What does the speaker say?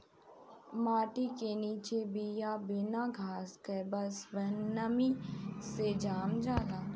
माटी के निचे बिया बिना घाम के बस नमी से जाम जाला